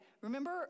remember